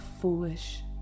foolish